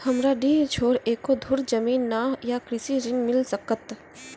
हमरा डीह छोर एको धुर जमीन न या कृषि ऋण मिल सकत?